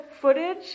footage